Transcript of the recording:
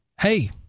hey